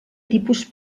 tipus